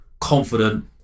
confident